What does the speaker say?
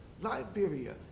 Liberia